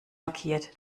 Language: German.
markiert